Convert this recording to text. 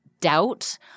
doubt